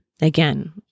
Again